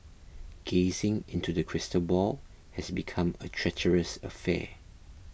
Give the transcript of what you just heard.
gazing into the crystal ball has become a treacherous affair